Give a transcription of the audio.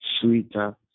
sweeter